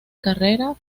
carrera